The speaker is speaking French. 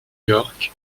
york